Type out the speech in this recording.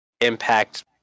Impact